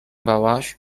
bałaś